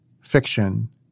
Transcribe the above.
fiction